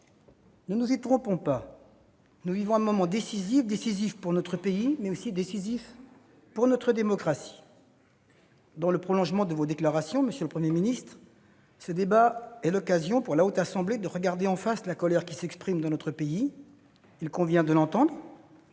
Ne nous y trompons pas, nous vivons un moment décisif : décisif pour notre pays, décisif pour notre démocratie. Dans le prolongement de votre déclaration, monsieur le Premier ministre, ce débat est l'occasion, pour la Haute Assemblée, de regarder en face la colère qui s'exprime dans notre pays. Il convient de l'entendre,